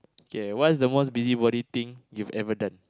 okay what's the most busy body thing you've ever done